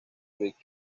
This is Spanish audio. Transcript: beck